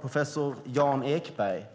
Professor Jan Ekberg